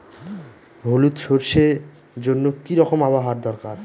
হলুদ সরষে জন্য কি রকম আবহাওয়ার দরকার?